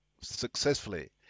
successfully